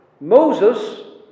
Moses